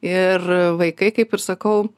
ir vaikai kaip ir sakau